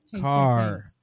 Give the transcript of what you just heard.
car